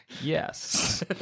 Yes